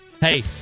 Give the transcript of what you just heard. Hey